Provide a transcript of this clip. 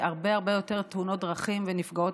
הרבה הרבה יותר תאונות דרכים ונפגעות